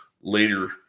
later